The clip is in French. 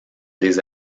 des